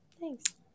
Thanks